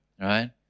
right